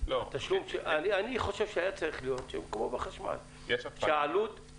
אני חושב שזה היה צריך להיות כמו בחשמל, שהעלות,